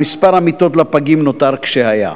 אך מספר המיטות לפגים נשאר כשהיה.